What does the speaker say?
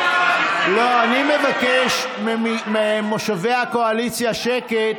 אני מבקש ממושבי הקואליציה שקט.